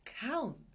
count